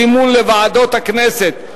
זימון לוועדות הכנסת),